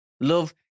Love